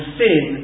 sin